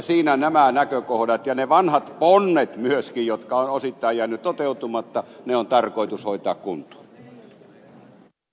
siinä nämä näkökohdat ja ne vanhat ponnet myöskin jotka ovat osittain jääneet toteutumatta on tarkoitus hoitaa kuntoon